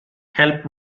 help